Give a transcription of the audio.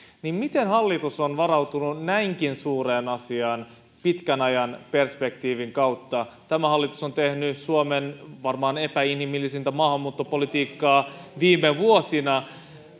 miten hallitus on varautunut näinkin suureen asiaan pitkän ajan perspektiivin kautta tämä hallitus on tehnyt suomen varmaan epäinhimillisintä maahanmuuttopolitiikkaa viime vuosien osalta